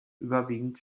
überwiegend